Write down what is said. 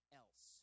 else